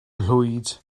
nghlwyd